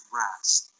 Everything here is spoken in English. rest